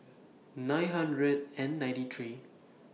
nine hundred and ninety three